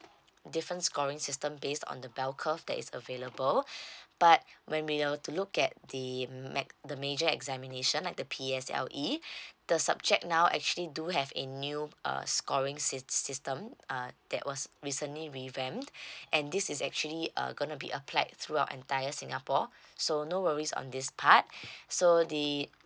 different scoring system based on the bell curve that is available but when we will to look at the mm ma~ the major examination like the P_S_L_E the subject now actually do have a new uh scoring sys~ system uh that was recently revamp and this is actually uh gonna be applied throughout entire singapore so no worries on this part so the